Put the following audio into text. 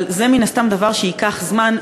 אבל זה מן הסתם דבר שייקח זמן,